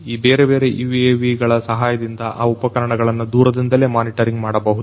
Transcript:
ಈ ಬೇರೆ ಬೇರೆ UAVಗಳ ಸಹಾಯದಿಂದ ಆ ಉಪಕರಣಗಳನ್ನು ದೂರದಿಂದಲೇ ಮಾನಿಟರಿಂಗ್ ಮಾಡಬಹುದು